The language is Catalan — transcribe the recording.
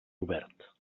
obert